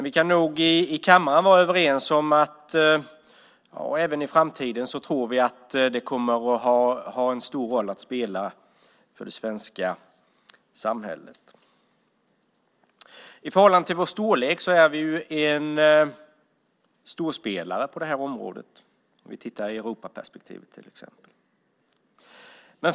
Vi kan nog vara överens om att den även i framtiden kommer att ha en stor roll att spela i det svenska samhället. I förhållande till vår storlek är vi en storspelare på det här området i Europaperspektiv.